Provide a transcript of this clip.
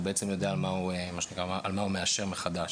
הוא בעצם יודע מה הוא מאשר מחדש.